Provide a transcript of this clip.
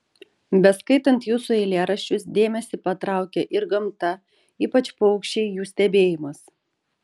beskaitant jūsų eilėraščius dėmesį patraukia ir gamta ypač paukščiai jų stebėjimas